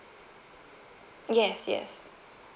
yes yes